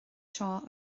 seo